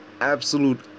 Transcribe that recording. absolute